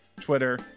Twitter